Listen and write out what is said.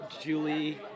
Julie